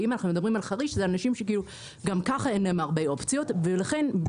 אם אנחנו מדברים על חריש זה אנשים שגם כך אין להם הרבה אופציות ואז הם